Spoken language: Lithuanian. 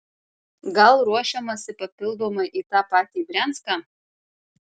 gal ruošiamasi papildomai į tą patį brianską